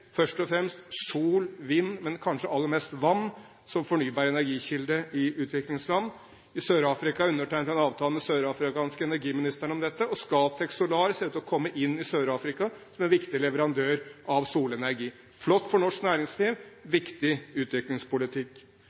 først og fremst sol, vind og kanskje aller mest vann som fornybare energikilder i utviklingsland. I Sør-Afrika undertegnet jeg en avtale med den sørafrikanske energiministeren om dette, og Scatec Solar ser ut til å komme inn i Sør-Afrika, som en viktig leverandør av solenergi. Flott for norsk